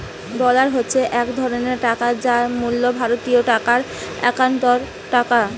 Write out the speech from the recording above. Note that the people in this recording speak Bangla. ডলার হচ্ছে এক ধরণের টাকা যার মূল্য ভারতীয় টাকায় একাত্তর টাকা